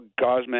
Gosman